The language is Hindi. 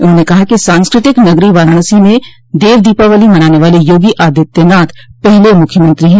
उन्होंने कहा कि सांस्कृतिक नगरी वाराणसी में दव दीपावली मनाने वाले योगी आदित्यनाथ पहले मुख्यमंत्री हैं